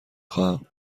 خواهم